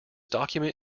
document